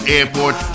Airport